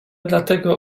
dlatego